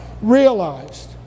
realized